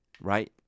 right